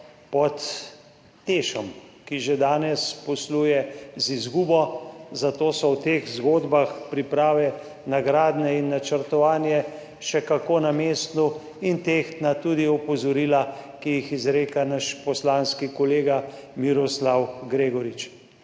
pod TEŠ, ki že danes posluje z izgubo, zato so v teh zgodbah priprave na gradnje in načrtovanje še kako na mestu, in tehtna tudi opozorila, ki jih izreka naš poslanski kolega Miroslav Gregorič.